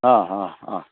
हां हां हां